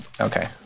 Okay